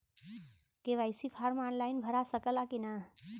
KYC form online भरा सकला की ना?